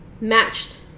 matched